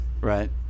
Right